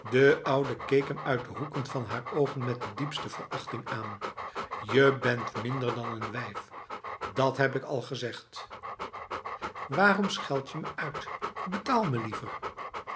de oude keek hem uit de hoeken van haar ogen met de diepste verachting aan je bent minder dan een wijf dat heb ik al gezegd waarom scheld je me uit betaal me liever